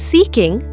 Seeking